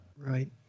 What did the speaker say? Right